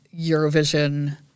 Eurovision